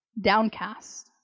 downcast